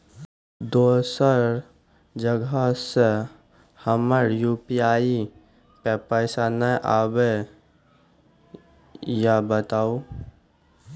दोसर जगह से हमर यु.पी.आई पे पैसा नैय आबे या बताबू?